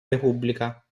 repubblica